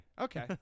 Okay